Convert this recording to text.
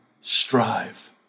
strive